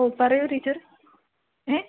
ഓ പറയൂ ടീച്ചർ ഏ